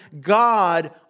God